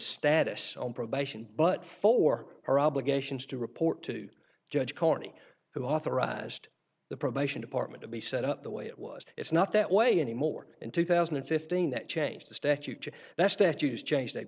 status on probation but for our obligations to report to judge carney who authorized the probation department to be set up the way it was it's not that way anymore in two thousand and fifteen that changed the statute that statute has changed